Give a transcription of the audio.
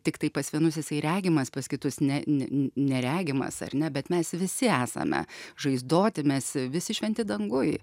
tiktai pas vienus jisai regimas pas kitus ne ne neregimas ar ne bet mes visi esame žaizdoti mes visi šventi danguj